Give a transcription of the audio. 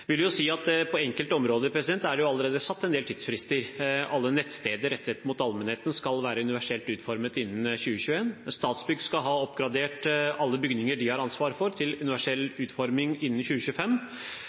vil jo si at på enkelte områder er det allerede satt en del tidsfrister. Alle nettsteder rettet mot allmennheten skal være universelt utformet innen 2021. Statsbygg skal ha oppgradert alle bygninger de har ansvar for, til universell